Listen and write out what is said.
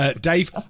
Dave